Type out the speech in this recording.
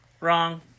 Wrong